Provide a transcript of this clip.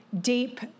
deep